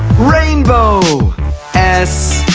rainbow s,